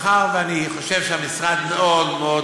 מאחר שאני חושב שהמשרד מאוד מאוד,